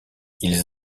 ils